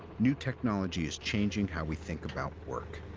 new technology is changing how we think about work.